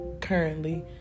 currently